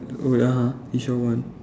wait ah he sure want